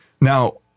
Now